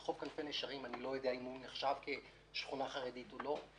רחוב כנפי נשרים אני לא יודע אם הוא נחשב כשכונה חרדית או לא.